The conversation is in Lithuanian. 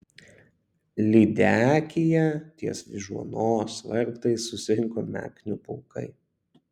lydekyje ties vyžuonos vartais susirinko meknių pulkai